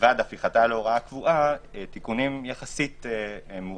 מלבד הפיכתה להוראה קבועה - תיקונים יחסית מועטים.